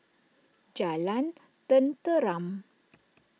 Jalan Tenteram